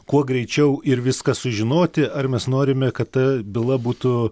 kuo greičiau ir viską sužinoti ar mes norime kad ta byla būtų